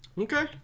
Okay